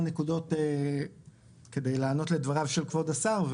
נקודות כדי לענות לדבריו של כבוד השר,